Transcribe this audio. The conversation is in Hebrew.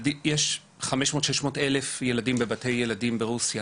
יש 500,000 עד 600,000 ילדים בבתי ילדים ברוסיה,